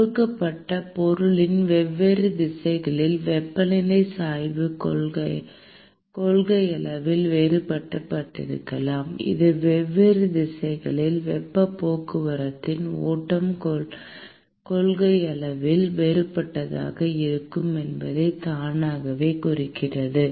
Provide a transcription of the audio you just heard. கொடுக்கப்பட்ட பொருளின் வெவ்வேறு திசைகளில் வெப்பநிலை சாய்வு கொள்கையளவில் வேறுபட்டிருக்கலாம் இது வெவ்வேறு திசைகளில் வெப்பப் போக்குவரத்தின் ஓட்டம் கொள்கையளவில் வேறுபட்டதாக இருக்கும் என்பதையும் தானாகவே குறிக்கிறது